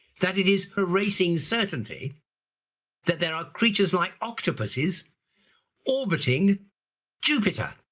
that it is a racing certainty that there are creatures like octopuses orbiting jupiter.